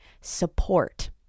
support